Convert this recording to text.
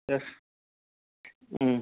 S ம்